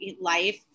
life